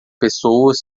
pessoas